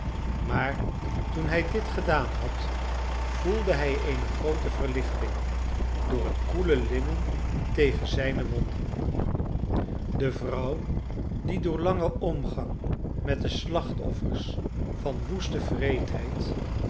maar toen hij dit gedaan had voelde hij eene groote verlichting door het koele linnen tegen zijne wonden de vrouw die door langen omgang met de slachtoffers van woeste